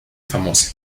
famosa